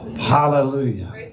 Hallelujah